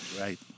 right